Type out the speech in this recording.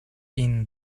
been